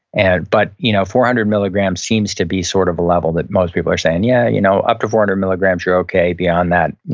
and but you know four hundred milligram seems to be sort of a level that most people are saying, yeah, you know up to four and hundred milligrams, you're okay. beyond that,